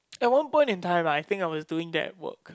at one point in time right I think I was doing that work